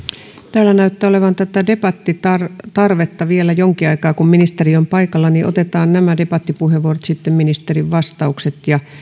täällä näyttää olevan debattitarvetta ja vielä jonkin aikaa kun ministeri on paikalla otetaan nämä debattipuheenvuorot ja sitten ministerin vastaukset ja